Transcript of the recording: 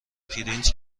پرینت